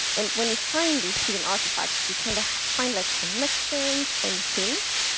and when you find these hidden artifacts, you kind of find like connections and hints.